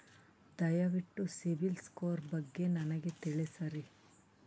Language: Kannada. ದಯವಿಟ್ಟು ಸಿಬಿಲ್ ಸ್ಕೋರ್ ಬಗ್ಗೆ ನನಗ ತಿಳಸರಿ?